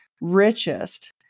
richest